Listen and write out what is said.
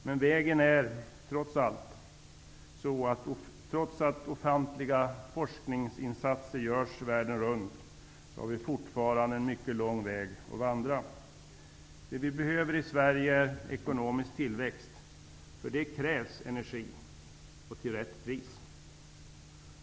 Men trots att ofantliga forskningsinsatser görs världen runt har vi fortfarande en mycket lång väg att vandra. Det vi behöver i Sverige är en ekonomisk tillväxt. För det krävs energi, till rätt pris.